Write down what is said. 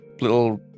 little